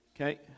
Okay